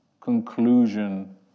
conclusion